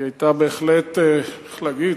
היא היתה בהחלט, איך להגיד?